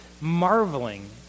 marveling